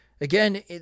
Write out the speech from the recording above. again